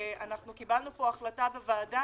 קיבלנו החלטה בוועדה.